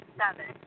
seven